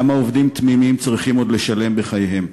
כמה עובדים תמימים צריכים עוד לשלם בחייהם?